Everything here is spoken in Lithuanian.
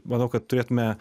manau kad turėtume